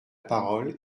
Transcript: parole